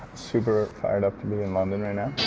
super fired-up to be in london right now.